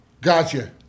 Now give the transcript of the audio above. Gotcha